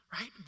right